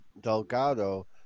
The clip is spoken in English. delgado